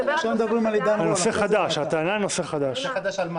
מי נגד?